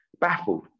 baffled